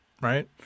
right